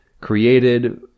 created